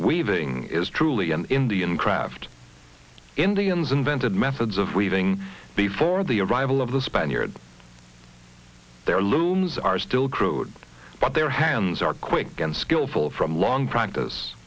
weaving is truly an indian craft indians invented methods of weaving before the arrival of the spaniards their looms are still crowed but their hands are quick and skillfull from long practice